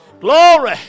glory